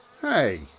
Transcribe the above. Hey